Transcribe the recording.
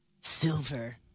Silver